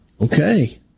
Okay